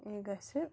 یہِ گَژھِ